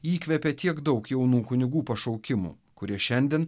įkvėpė tiek daug jaunų kunigų pašaukimų kurie šiandien